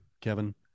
Kevin